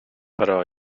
però